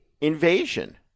invasion